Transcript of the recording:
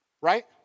right